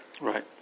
Right